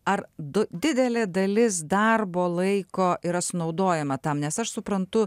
ar du didelė dalis darbo laiko yra sunaudojama tam nes aš suprantu